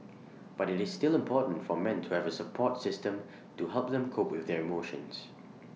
but IT is still important for men to have A support system to help them cope with their emotions